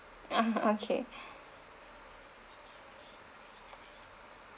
ah okay